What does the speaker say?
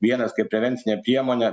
vienas kaip prevencinė priemonė